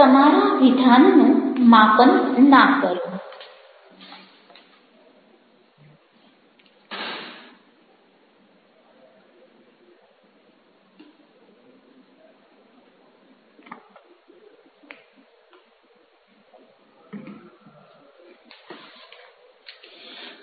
તમારા વિધાનનું માપન ના કરો